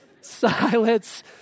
Silence